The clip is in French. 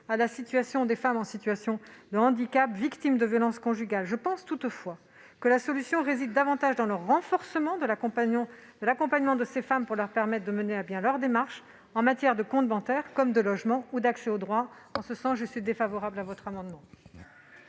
à la situation des femmes en situation de handicap victimes de violences conjugales. Je pense toutefois que la solution réside davantage dans le renforcement de l'accompagnement de ces femmes, pour leur permettre de mener à bien leurs démarches en matière de compte bancaire comme de logement ou d'accès aux droits. C'est pourquoi je suis défavorable à cet amendement.